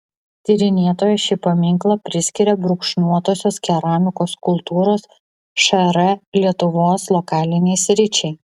tyrinėtoja šį paminklą priskiria brūkšniuotosios keramikos kultūros šr lietuvos lokalinei sričiai